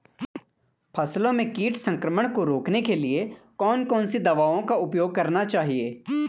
फसलों में कीट संक्रमण को रोकने के लिए कौन कौन सी दवाओं का उपयोग करना चाहिए?